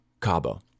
Cabo